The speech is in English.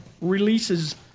releases